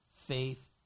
Faith